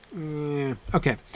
Okay